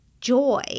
joy